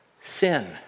sin